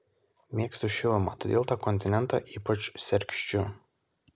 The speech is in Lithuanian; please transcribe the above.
mėgstu šilumą todėl tą kontinentą ypač sergsčiu